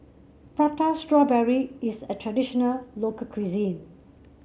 Prata Strawberry is a traditional local cuisine